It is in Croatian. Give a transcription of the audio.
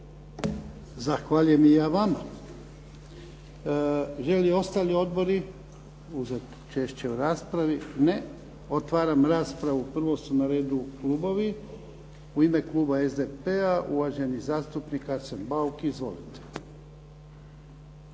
Zahvaljujem i ja vama. Žele li ostali odbori uzet učešće u raspravi? Ne. Otvaram raspravu. Prvo su na redu klubovi. U ime kluba SDP-a uvaženi zastupnik Arsen Bauk. Izvolite.